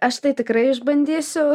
aš tai tikrai išbandysiu